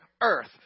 earth